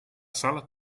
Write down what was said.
sala